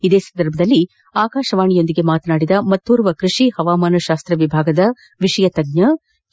ಇದೇ ಸಂದರ್ಭದಲ್ಲಿ ಆಕಾಶವಾಣಿಯೊಂದಿಗೆ ಮಾತನಾಡಿದ ಮತ್ತೋರ್ವ ಕೃಷಿ ಪವಾಮಾನ ಶಾಸ್ತ್ರ ವಿಭಾಗದ ವಿಷಯ ತಜ್ಞ ಕೆ